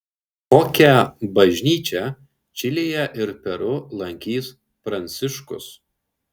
kokią bažnyčią čilėje ir peru lankys pranciškus